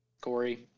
Corey